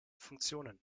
funktionen